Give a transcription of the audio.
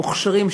מוכשרים,